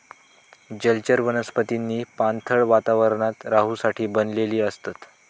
जलचर वनस्पतींनी पाणथळ वातावरणात रहूसाठी बनलेली असतत